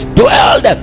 dwelled